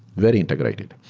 very integrated.